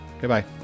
Goodbye